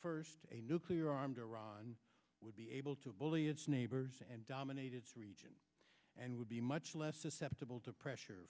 first a nuclear armed iran would be able to bully its neighbors and dominate its region and would be much less susceptible to pressure